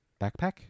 backpack